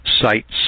sites